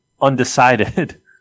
undecided